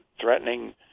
threatening